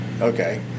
Okay